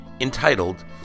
entitled